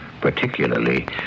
particularly